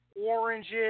oranges